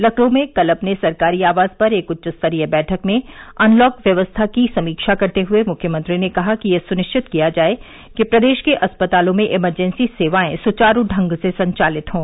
लखनऊ में कल अपने सरकारी आवास पर एक उच्च स्तरीय बैठक में अनलॉक व्यवस्था की समीक्षा करते हुए मुख्यमंत्री ने कहा कि यह सुनिश्चित किया जाए कि प्रदेश के अस्पतालों में इमरजेंसी सेवाए सुचारू ढंग से संचालित हों